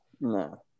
No